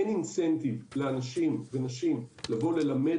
אין אינסנטיב לאנשים ונשים לבוא ללמד